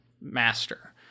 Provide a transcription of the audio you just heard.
master